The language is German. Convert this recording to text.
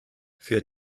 für